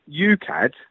UCAD